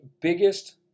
biggest